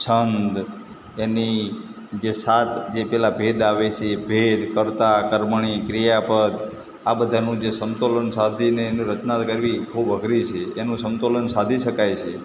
છંદ એની જે સાત પેલા ભેદ આવે છે એ ભેદ કર્તા કર્મણી ક્રિયાપદ આ બધાનું જે સમલોતન સાધીને એની રચના કરવી ખૂબ અઘરી છે એનું સમતોલન સાધી શકાય છે